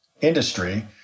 industry